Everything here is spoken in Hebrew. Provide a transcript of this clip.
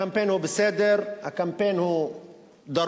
הקמפיין הוא בסדר, הקמפיין הוא דרוש,